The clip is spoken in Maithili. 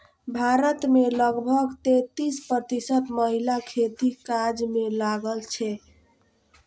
भारत मे लगभग तैंतीस प्रतिशत महिला खेतीक काज मे लागल छै